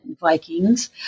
Vikings